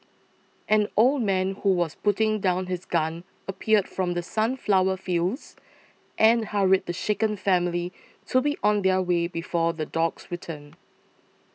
an old man who was putting down his gun appeared from the sunflower fields and hurried the shaken family to be on their way before the dogs return